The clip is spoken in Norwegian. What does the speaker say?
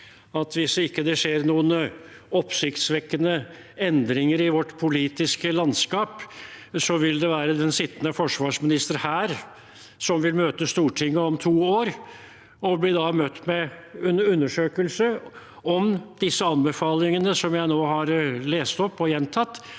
hvis det ikke skjer noen oppsiktsvekkende endringer i vårt politiske landskap, vil det være den sittende forsvarsministeren som vil møte Stortinget om to år og da bli møtt med en undersø kelse av om disse anbefalingene som jeg nå har lest opp og gjentatt,